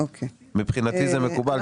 מבחינתי זה מקובל.